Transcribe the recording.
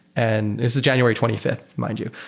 and this is january twenty fifth, mind you.